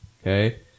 Okay